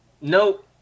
Nope